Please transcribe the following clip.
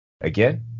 again